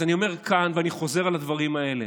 אז אני אומר כאן, ואני חוזר על הדברים האלה: